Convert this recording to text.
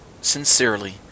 sincerely